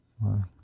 Wow